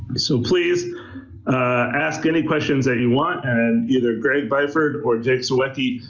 so please ask any questions that you want, and either greg byford or jake sawecki,